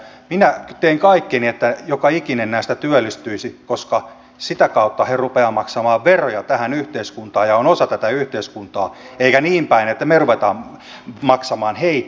minä teen kaikkeni että joka ikinen näistä työllistyisi koska sitä kautta he rupeavat maksamaan veroja tähän yhteiskuntaan ja ovat osa tätä yhteiskuntaa eikä niin päin että me rupeamme maksamaan heitä